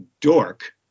dork